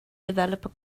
developer